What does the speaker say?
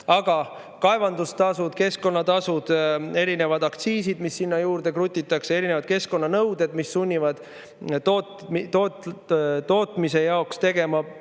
Aga kaevandustasud, keskkonnatasud, erinevad aktsiisid, mis sinna juurde krutitakse, erinevad keskkonnanõuded, mis sunnivad tootmise jaoks tegema pidevalt